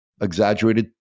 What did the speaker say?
Exaggerated